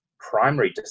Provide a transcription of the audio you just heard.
primary